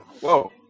Whoa